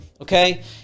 okay